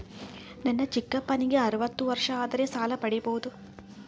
ನನ್ನ ಚಿಕ್ಕಪ್ಪನಿಗೆ ಅರವತ್ತು ವರ್ಷ ಆದರೆ ಸಾಲ ಪಡಿಬೋದ?